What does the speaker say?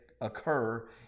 occur